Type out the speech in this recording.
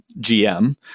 GM